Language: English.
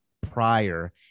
prior